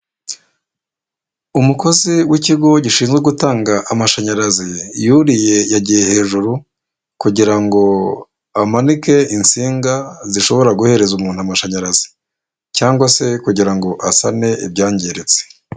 Umukozi w'ikigo gishinzwe gutanga amashanyarazi, yuriye, yagiye hejuru kugira ngo amanike insinga zishobora guhereza umuntu amashanyarazi cyangwa se kugira ngo asane ibyangiritse.